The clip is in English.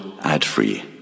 ad-free